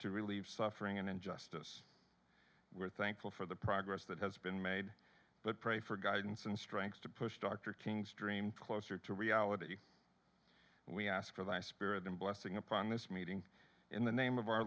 to relieve suffering and injustice we're thankful for the progress that has been made but pray for guidance and strength to push dr king's dream closer to reality and we ask for that spirit in blessing upon this meeting in the name of our